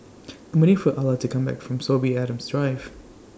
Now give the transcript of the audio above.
I'm waiting For Ala to Come Back from Sorby Adams Drive